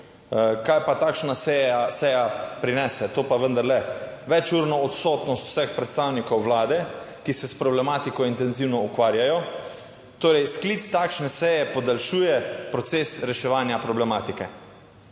Kaj pa takšna seja, seja prinese? To pa vendarle: večurno odsotnost vseh predstavnikov Vlade, ki se s problematiko intenzivno ukvarjajo. Torej sklic takšne seje podaljšuje proces reševanja problematike.